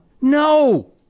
No